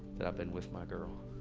that i've been with my girl.